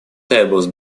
tables